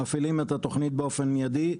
מפעילים את התוכנית באופן מיידי,